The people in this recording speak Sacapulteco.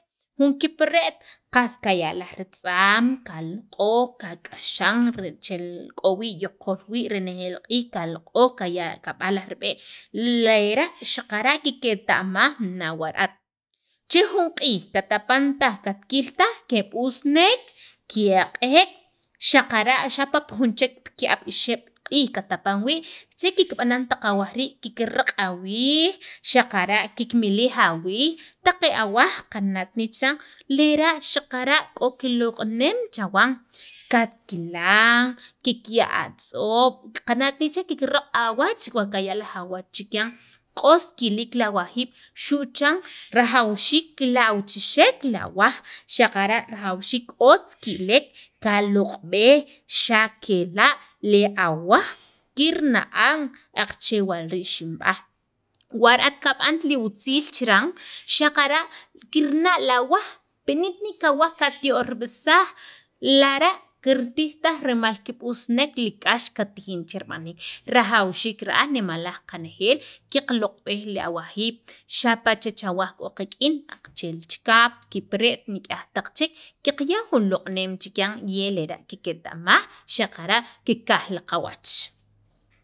jun kipre't qas kaya' laj ritz'aam qaloq'oj kak'axan re che'el k'o wii' yoqol wii' renejeel q'iij lera' kaloq'oj kaya' laj rib'e' lera' xaqara' kiketa'maj nawa' ra'at che jun q'iij katapan taj katkil taj, ke'aq'ek xaqara' xapa' jun chek ki'ab' ixeb' q'iij katapan wii' che kikb'an laj awaj rii' kikraq' awiij xaqara' kikmilij awiij taq e awaj qana' t ne chiran lera' xaqara k'o kiloq'neem chawan katkilan kikya' atz'oob' qana't ne chiran kirap awach wa kaya' laj aweech chiran q'os kiliik li awajiib' xu' chan rajawxiik kilawch'ixek li awaj xaqara' otz kilek kaloq'b'ej xa' kela' li awaj kirna'an aqache' wa li xinb'aj wa ra'at kab'ant li otziil chiran xaqara' kirna' li awaj pini't ni kawaj katiob'irsaj lara' kirtij taj rimal kib'usnek li k'ax kattijin che rib'aniik rajawxiik nemalaj qanejeel kaqloq'b'ej li awajiib' xapa' chech awaj k'o qak'in, aqache' chikap kipre't nik'yaj chek qaqya' jun loq'neem chikyan y e lera' kiketa'maj xaqara' kikaj li qawach.